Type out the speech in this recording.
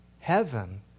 Heaven